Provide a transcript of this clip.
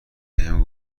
بهم